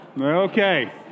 Okay